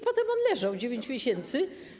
Potem on leżał 9 miesięcy.